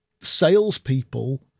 salespeople